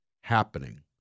happening